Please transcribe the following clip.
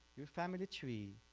your family tree,